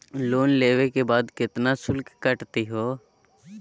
Loan लेवे के बाद केतना शुल्क कटतही हो?